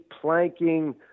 planking